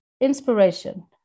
inspiration